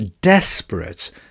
desperate